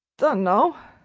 dun'no.